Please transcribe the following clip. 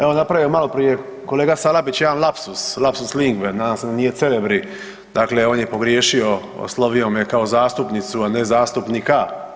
Evo napravio je maloprije kolega Salapić jedan lapsus, lapsus lingue, nadam se da nije celebri, dakle on je pogriješio, oslovio me je kao zastupnicu, a ne zastupnika.